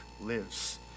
lives